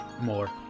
more